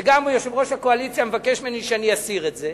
וגם יושב-ראש הקואליציה מבקש ממני שאני אסיר את זה,